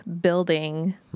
building